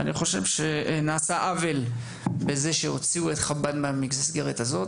ואני חושב שנעשה עוול בזה שהוציאו את חב"ד מהמסגרת הזאת.